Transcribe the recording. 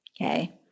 Okay